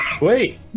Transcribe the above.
Wait